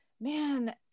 man